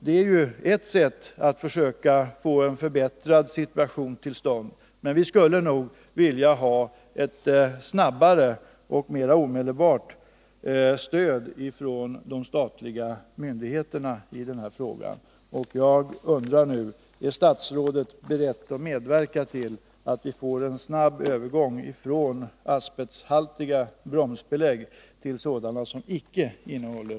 Det är ju ett sätt att försöka få en förbättrad situation till stånd, men vi skulle nog vilja ha ett snabbare och mera omedelbart stöd ifrån de statliga myndigheterna i den här